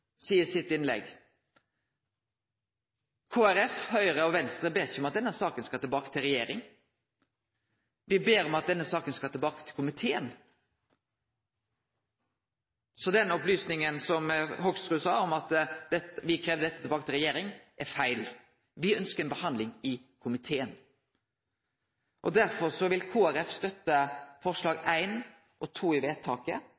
seier i sitt innlegg. Kristeleg Folkeparti, Høgre og Venstre bed ikkje om at denne saka skal tilbake til regjeringa, me bed om at denne saka skal tilbake til komiteen. Så det Hoksrud sa om at me kravde dette tilbake til regjeringa, er feil. Me ønskjer ei behandling i komiteen. Derfor vil Kristeleg Folkeparti støtte punkt 1 og 2 i vedtaket,